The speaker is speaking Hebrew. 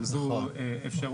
גם זו אפשרות..